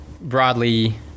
broadly